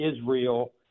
Israel